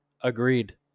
Agreed